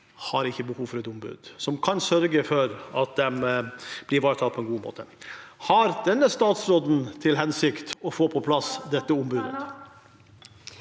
har ikke behov for et ombud som kan sørge for at de blir ivaretatt på en god måte. Har denne statsråden til hensikt å få på plass dette ombudet?